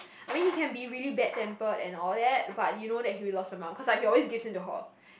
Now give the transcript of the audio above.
I mean he can be really bad tempered and all that but you know that he really loves her mum cause like he always give in to her